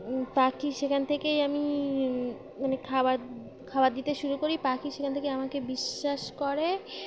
পাখি সেখান থেকেই আমি মানে খাবার খাবার দিতে শুরু করি পাখি সেখান থেকে আমাকে বিশ্বাস করে